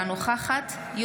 אינה נוכחת שלי טל מירון,